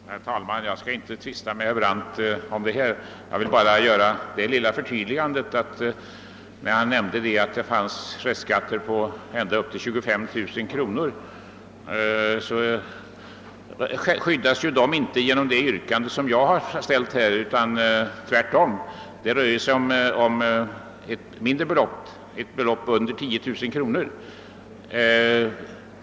Herr talman! Jag skall inte tvista med herr Brandt. Jag vill bara göra ett litet förtydligande. Han säger att det förekommer kvarskatter på ända upp till 25 000 kronor, men de som har sådana kvarskatter skyddas inte genom det yrkande som jag har ställt, utan tvärtom. Mitt yrkande gäller belopp under 10 000 kronor.